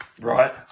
right